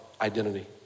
identity